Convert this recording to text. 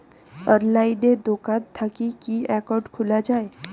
অনলাইনে দোকান থাকি কি একাউন্ট খুলা যায়?